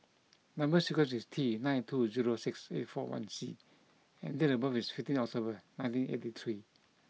number sequence is T nine two zero six eight four one C and date of birth is fifteen October nineteen eighty three